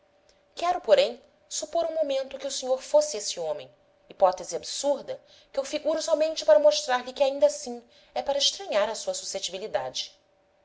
quero porém supor um momento que o senhor fosse esse homem hipótese absurda que eu figuro somente para mostrar-lhe que ainda assim é para estranhar a sua suscetibilidade